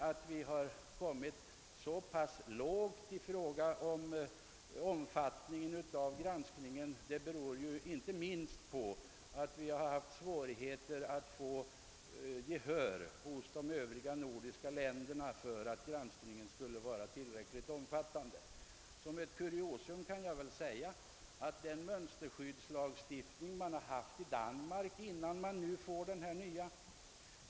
Att vi har kommit att ligga så pass lågt i fråga om granskningens omfattning beror inte minst på att vi har haft svårt att vinna gehör hos de övriga nordiska länderna för en utvidgning. Som ett kuriosum kan jag nämna vad den mönsterskyddslagstiftning man har haft i Danmark före den nu aktuella har kunnat leda till.